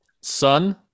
Son